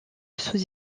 sous